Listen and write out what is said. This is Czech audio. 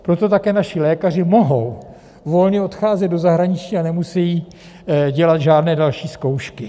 Proto také naši lékaři mohou volně odcházet do zahraničí a nemusí dělat žádné další zkoušky.